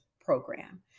program